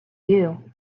you